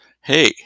hey